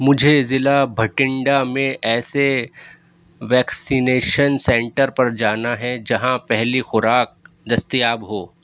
مجھے ضلع بھٹنڈہ میں ایسے ویکسینیشن سنٹر پر جانا ہے جہاں پہلی خوراک دستیاب ہو